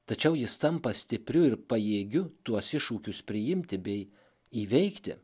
tačiau jis tampa stipriu ir pajėgiu tuos iššūkius priimti bei įveikti